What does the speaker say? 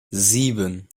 sieben